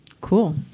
Cool